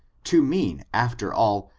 to mean, after all,